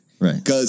Right